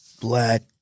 black